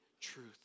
truth